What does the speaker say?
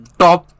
top